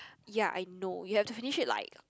ya I know you have to finish it like